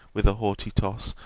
with a haughty toss,